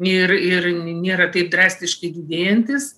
ir ir nėra taip drastiškai didėjantys